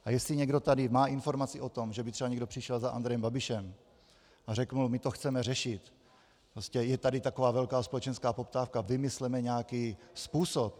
A jestli někdo tady má informaci o tom, že by třeba někdo přišel za Andrejem Babišem a řekl: My to chceme řešit, je tady velká společenská poptávka, vymysleme nějaký způsob.